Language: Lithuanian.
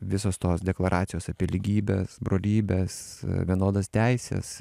visos tos deklaracijos apie lygybes brolybes vienodas teises